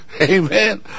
Amen